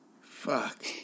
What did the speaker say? Fuck